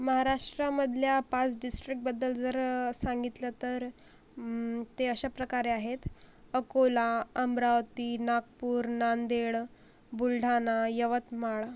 महाराष्ट्रामदल्या पाच डिस्ट्रिक्टबद्दल जर सांगितलं तर ते अशा प्रकारे आहेत अकोला अमरावती नागपूर नांदेड बुलढाना यवतमाळ